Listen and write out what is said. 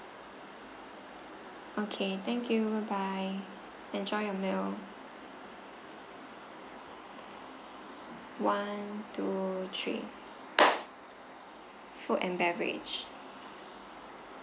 okay thank you bye bye enjoy your meal one two three food and beverage